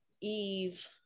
Eve